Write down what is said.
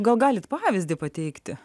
gal galite pavyzdį pateikti